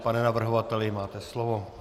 Pane navrhovateli, máte slovo.